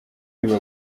riba